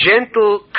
gentle